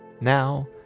Now